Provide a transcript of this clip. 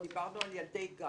דיברנו על ילדי גן.